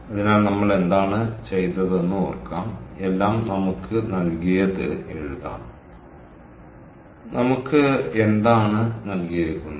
അതിനാൽ നമ്മൾ എന്താണ് ചെയ്തതെന്ന് ഓർക്കാം എല്ലാം നമുക്ക് നൽകിയത് എഴുതാം നമുക്ക് എന്താണ് നൽകിയിരിക്കുന്നത്